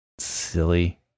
Silly